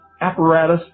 apparatus